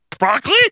broccoli